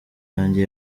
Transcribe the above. yanjye